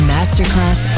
Masterclass